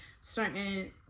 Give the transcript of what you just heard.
certain